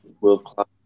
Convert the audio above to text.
world-class